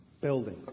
building